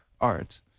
art